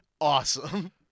Awesome